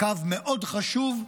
קו מאוד חשוב,